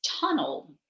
tunnel